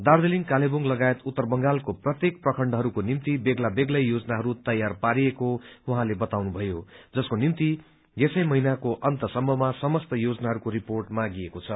दार्जालिङ कालेपुङ लगायत उत्तर बंगालको प्रत्येक प्रखण्डहरूको निम्ति बेग्ला बेग्लै योजनाहरू तयार पारिएको उहाँले बताउनुभयो जसको निम्ति यसै महिनाको अन्त सम्पमा समस्त योजनाहरूको रिपोर्ट मागिएको छ